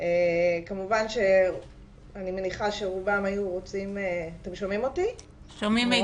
כמובן שאני מניחה שרובם היו רוצים --- אני רוצה